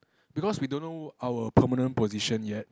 because we don't know our permanent position yet